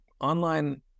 online